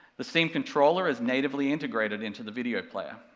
the steam controller is natively integrated into the video player,